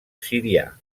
sirià